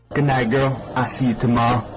good night girl i see you tomorrow